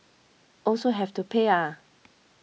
also have to pay ah